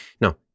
No